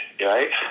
right